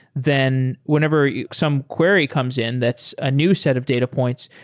then whenever some query comes in, that's a new set of data points.